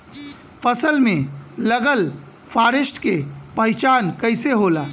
फसल में लगल फारेस्ट के पहचान कइसे होला?